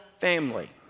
family